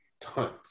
Tons